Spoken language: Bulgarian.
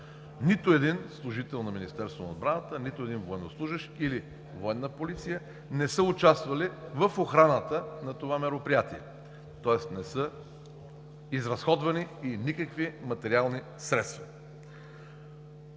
Нито един служител на Министерството на отбраната, нито един военнослужещ или Военна полиция не са участвали в охраната на това мероприятие, тоест не са изразходвани и никакви материални средства.